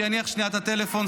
שיניח שנייה את הטלפון,